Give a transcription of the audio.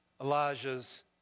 Elijah's